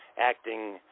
acting